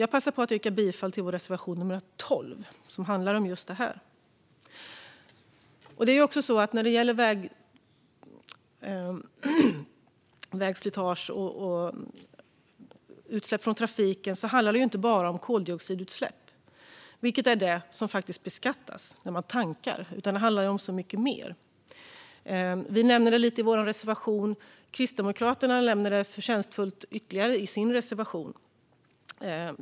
Jag passar på att yrka bifall till vår reservation nr 12, som handlar om just detta. Det här med vägslitage och utsläpp från trafiken handlar ju inte bara om koldioxidutsläpp, vilket är det som beskattas när man tankar. Det handlar om väldigt mycket mer. Vi nämner lite om det i vår reservation; Kristdemokraterna tar förtjänstfullt upp det ytterligare i sin reservation.